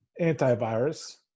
antivirus